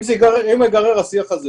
אם ניגרר לשיח הזה